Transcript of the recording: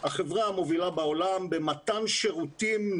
החברה המובילה בעולם במתן שירותים,